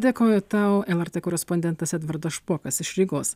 dėkoju tau lrt korespondentas edvardas špokas iš rygos